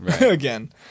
again